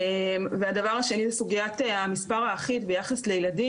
והדבר השני זה סוגיית המספר האחיד ביחד לילדים